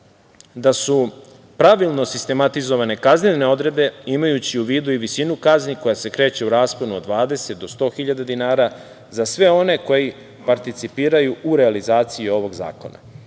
da su pravilno sistematizovane kaznene odredbe imajući u vidu i visinu kazni koja se kreće u rasponu od 20 do 100 hiljada dinara za sve one koji participiraju u realizaciji ovog zakona. Ovaj